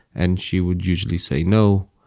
and she would usually say no.